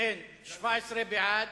17 בעד,